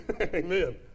Amen